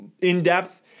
in-depth